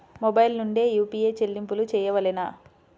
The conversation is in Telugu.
మొబైల్ నుండే యూ.పీ.ఐ చెల్లింపులు చేయవలెనా?